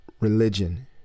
religion